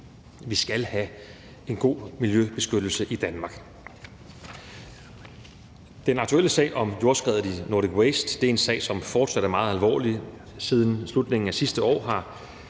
Vi skal have en god miljøbeskyttelse i Danmark. Den aktuelle sag om jordskredet og Nordic Waste er en sag, som fortsat er meget alvorlig. Siden slutningen af sidste år